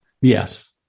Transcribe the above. yes